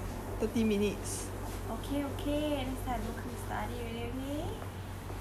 okay okay next time I don't come study already okay !huh! you don't